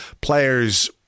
players